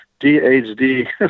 DHD